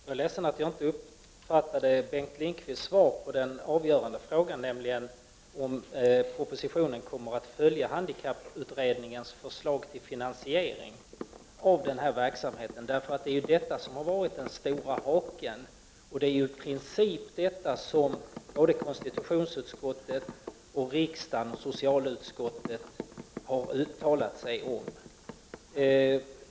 Herr talman! Jag är ledsen att jag inte uppfattade Bengt Lindqvists svar på den avgörande frågan, nämligen om propositionen kommer att följa handikapputredningens förslag till finansiering av verksamheten. Detta har ju varit den stora haken, och det är i princip detta som både konstitutionsutskottet och riksdagen genom socialutskottet har uttalat sig om.